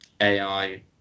AI